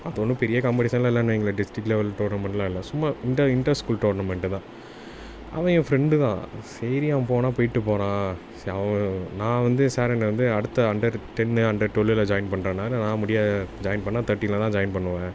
அது ஒன்றும் பெரிய காம்பெடிஷன்லாம் இல்லைன்னு வெயுங்களேன் டிஸ்ட்ரிகில் லெவல் டோர்னமெண்ட்லாம் இல்லை சும்மா இங்கே இன்டர் ஸ்கூல் டோர்னமெண்ட்டு தான் அவன் என் ஃப்ரெண்டு தான் சரி அவன் போனால் போயிட்டுப் போகிறான் சரி அவன் நான் வந்து சார் என்ன வந்து அடுத்த அண்டரு டென்னு அண்டர் டுவெல்லில் ஜாயின் பண்ணுறான்னாரு நான் முடியாது ஜாயின் பண்ணிணா தேர்ட்டினில் தான் ஜாயின் பண்ணுவேன்